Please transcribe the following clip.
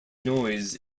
noise